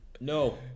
No